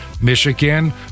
Michigan